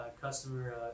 customer